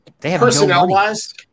personnel-wise